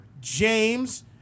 James